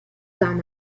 down